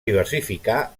diversificar